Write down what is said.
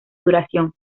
duración